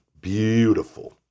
Beautiful